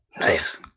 Nice